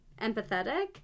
empathetic